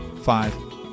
five